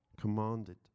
commanded